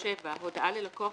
הודעה ללקוח7.(א)